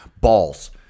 Balls